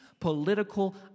Political